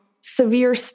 severe